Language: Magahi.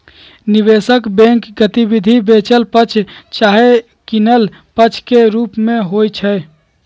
निवेश बैंकिंग गतिविधि बेचल पक्ष चाहे किनल पक्ष के रूप में होइ छइ